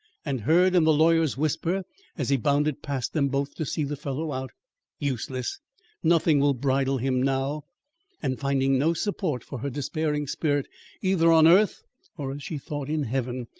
and heard in the lawyer's whisper as he bounded past them both to see the fellow out useless nothing will bridle him now and finding no support for her despairing spirit either on earth or, as she thought, in heaven,